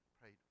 prayed